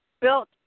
built